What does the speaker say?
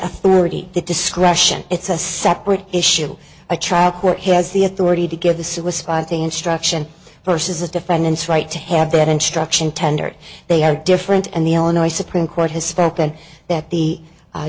authority the discretion it's a separate issue a trial court has the authority to give the suit was filed the instruction versus the defendant's right to have that instruction tendered they are different and the illinois supreme court has spoken that the